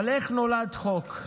אבל איך נולד חוק?